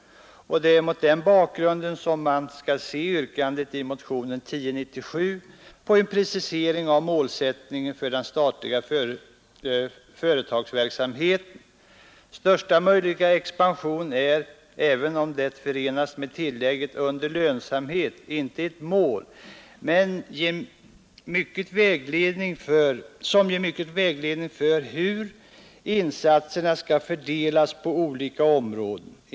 Det är mot den bakgrunden man skall se yrkandet i motionen 1097 på en precisering av målsättningen för den statliga företagsverksamheten. Största möjliga expansion är, även om den förenas med tillägget ”under lönsamhet”, inte ett mål som ger mycket vägledning för hur insatserna skall fördelas på olika områden.